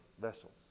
vessels